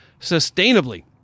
sustainably